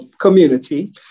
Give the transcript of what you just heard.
community